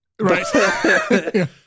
Right